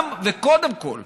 גם וקודם כול